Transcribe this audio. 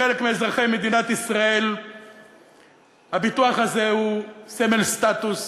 לחלק מאזרחי מדינת ישראל הביטוח הזה הוא סמל סטטוס.